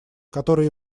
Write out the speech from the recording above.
которая